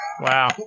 Wow